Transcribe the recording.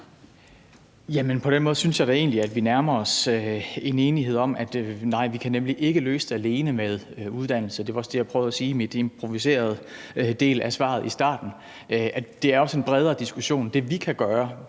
på den måde synes jeg da egentlig, at vi nærmer os en enighed om, at nej, vi kan nemlig ikke løse det alene med uddannelse. Det var også det, jeg prøvede at sige i min improviserede del af svaret i starten. Det er også en bredere diskussion.